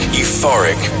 euphoric